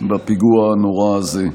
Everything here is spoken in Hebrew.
בפיגוע הנורא הזה.